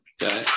Okay